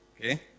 Okay